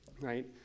right